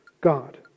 God